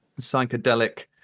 Psychedelic